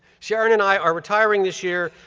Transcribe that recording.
sharon and i are retiring this year,